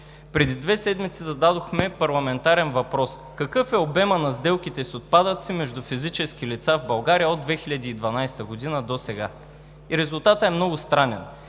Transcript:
Преди две седмици зададохме парламентарен въпрос: какъв е обемът на сделките с отпадъци между физически лица в България от 2012 г. до сега? И резултатът е много странен